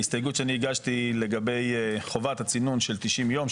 ההסתייגות שאני הגשתי לגבי חובת הצינון של 90 יום,